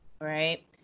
right